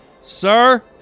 Sir